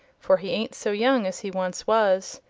for he ain't so young as he once was.